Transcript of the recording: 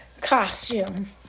costume